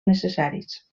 necessaris